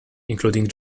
including